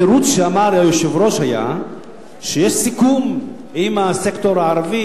התירוץ שאמר היושב-ראש היה שיש סיכום עם הסקטור הערבי,